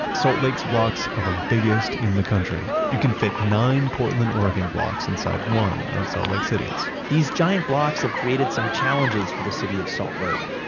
salt lake's blocks are the biggest in the country. you can fit nine portland, oregon blocks inside one of salt lake city's. these giant blocks have created some challenges for the city of salt lake,